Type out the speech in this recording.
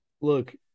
look